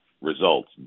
results